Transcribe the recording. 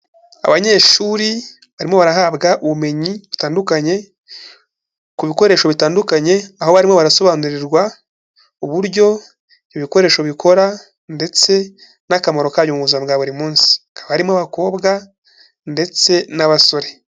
Abanyeshuri barimo barahabwa ubumenyi butandukanye ku bikoresho bitandukanye, aho barimo barasobanurirwa uburyo ibikoresho bikora ndetse n'akamaro kabyo mu buzima bwa buri munsi, hakaba harimo abakobwa ndetse n'abasore.